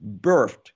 birthed